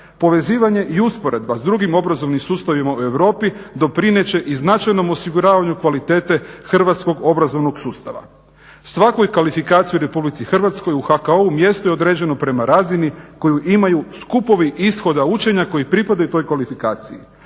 Povezivanje i usporedba s drugim obrazovnim sustavima u Europi doprinijet će i značajnom osiguravanju kvalitete hrvatskog obrazovnog sustava. Svakoj kvalifikaciji u RH u HKO-u mjesto je određeno prema razini koju imaju skupovi ishoda učenja koji pripadaju toj kvalifikaciji.